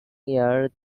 year